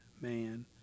man